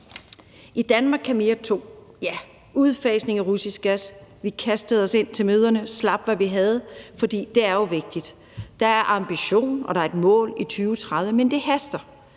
I »Danmark kan mere II« indgik udfasning af russisk gas. Vi kastede os ind til møderne, slap, hvad vi havde i hænderne, for det er jo vigtigt. Der er ambition, og der er et mål i 2030, men det haster.